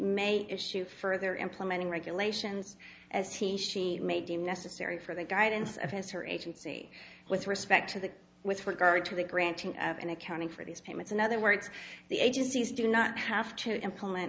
may issue further implementing regulations as he she may deem necessary for the guidance of his her agency with respect to the with regard to the granting of an accounting for these payments in other words the agencies do not have to implement